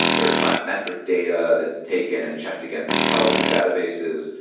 there's biometric data that's taken and checked against intelligence databases.